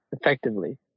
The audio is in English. effectively